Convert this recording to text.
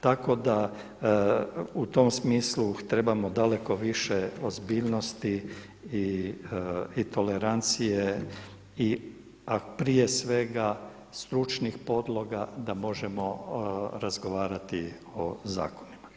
Tako da u tom smislu trebamo daleko više ozbiljnosti i tolerancije i prije svega stručnih podloga da možemo razgovarati o zakonima.